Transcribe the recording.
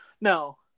no